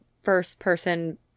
first-person